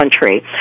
country